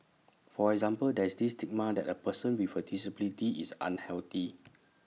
for example there's this stigma that A person with A disability is unhealthy